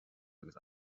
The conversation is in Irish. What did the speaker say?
agus